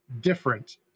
different